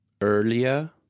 earlier